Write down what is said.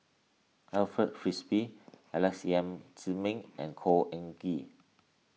Alfred Frisby Alex Yam Ziming and Khor Ean Ghee